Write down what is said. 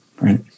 right